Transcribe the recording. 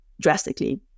drastically